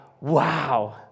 Wow